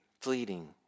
fleeting